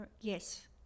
Yes